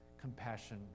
compassion